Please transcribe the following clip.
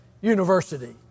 University